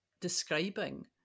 describing